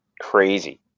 crazy